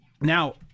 now